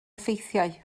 effeithiau